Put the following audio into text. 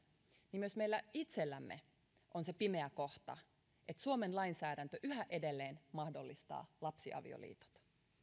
niin myös meillä itsellämme on se pimeä kohta että suomen lainsäädäntö yhä edelleen mahdollistaa lapsiavioliitot